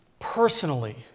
personally